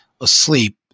asleep